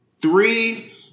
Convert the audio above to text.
three